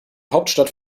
hauptstadt